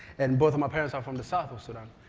and both of my parents are from the south of sudan,